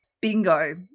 bingo